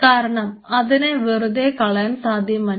കാരണം അതിനെ വെറുതെ കളയാൻ സാധ്യമല്ല